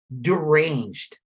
deranged